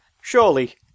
surely